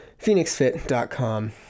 PhoenixFit.com